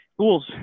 tools